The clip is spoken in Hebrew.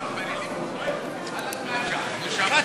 אדוני היושב-ראש,